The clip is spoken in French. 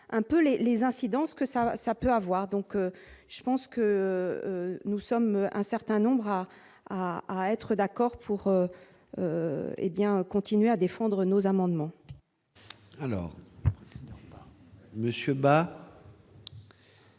un peu les les incidences que ça, ça peut avoir, donc je pense que nous sommes un certain nombre à à à être d'accord pour hé bien continuer à défendre nos amendements. Alors Monsieur bas.